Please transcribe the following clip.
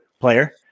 player